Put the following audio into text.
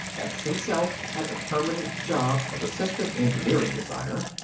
x himself had the permanent job of assistant engineering designer.